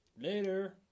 Later